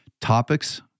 topics